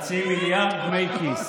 חצי מיליארד דמי כיס.